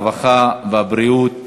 הרווחה והבריאות